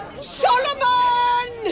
Solomon